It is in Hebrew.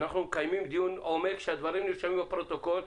אנחנו מקיימים דיון עומק והדברים נרשמים בפרוטוקול.